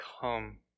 come